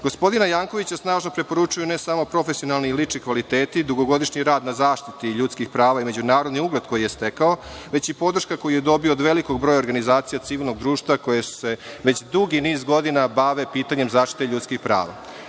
Gospodina Jankovića snažno preporučuju ne samo profesionalni i lični kvaliteti i dugogodišnji rad na zaštiti ljudski prava i međunarodni ugled koji je stekao, već i podrška koju je dobio od velikog broja organizacija civilnog društva koja se već dugi niz godina bave pitanjem zaštite ljudskih prava.